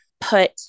put